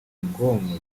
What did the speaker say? bwonko